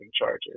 charges